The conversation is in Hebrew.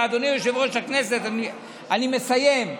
אדוני יושב-ראש הכנסת, אני מסיים.